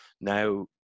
Now